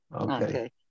okay